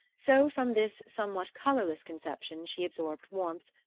so from this somewhat colorless conception she absorbed warmth,